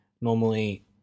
normally